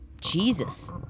Jesus